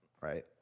right